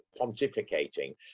pontificating